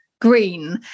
green